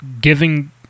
giving